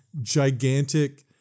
gigantic